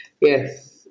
yes